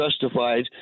justified